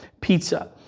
pizza